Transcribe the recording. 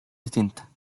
distinta